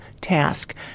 task